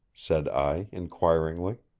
said i inquiringly.